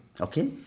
Okay